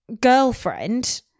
girlfriend